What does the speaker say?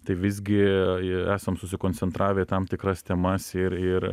tai visgi i esam susikoncentravę į tam tikras temas ir ir